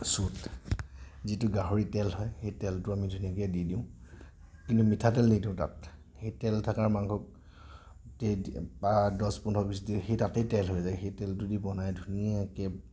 চুপ যিটো গাহৰিৰ তেল হয় সেই তেলটো আমি ধুনীয়াকৈ দি দিওঁ কিন্তু মিঠাতেল নিদিওঁ তাত সেই তেল থকা মাংস বা দহ পোন্ধৰ দিয়েই সেই তাতেই তেল হৈ যায় সেই তেলটো দি বনাই ধুনীয়াকৈ